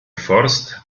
forst